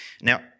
Now